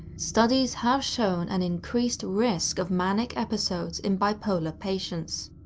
studies have shown an increased risk of manic episodes in bipolar patients.